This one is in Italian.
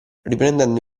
riprendendo